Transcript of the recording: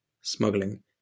smuggling